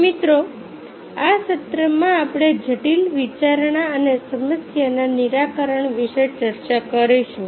તો મિત્રો આ સત્રમાં આપણે જટિલ વિચારણા અને સમસ્યાના નિરાકરણ વિશે ચર્ચા કરીશું